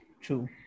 true